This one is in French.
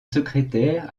secrétaire